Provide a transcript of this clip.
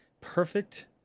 Perfect